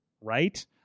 right